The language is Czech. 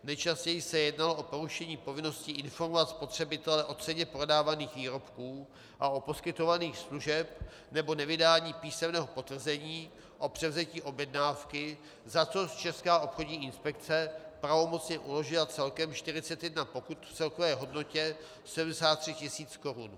Nejčastěji se jednalo o porušení povinností informovat spotřebitele o ceně prodávaných výrobků a poskytovaných služeb nebo nevydání písemného potvrzení o převzetí objednávky, za což Česká obchodní inspekce pravomocně uložila celkem 41 pokut v celkové hodnotě 73 tisíc korun.